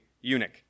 eunuch